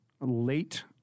late